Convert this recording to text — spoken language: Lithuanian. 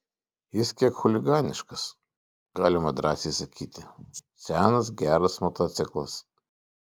jis kiek chuliganiškas galima drąsiai sakyti senas geras motociklas